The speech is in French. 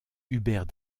hubert